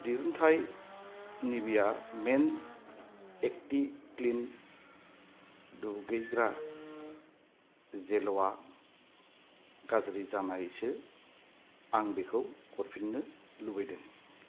दिहुनथाइ नेभिया मेन एक्टि क्लिन दुगैग्रा जेलआ गाज्रि जानायसो आं बेखौ हरफिननो लुबैदों